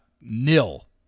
nil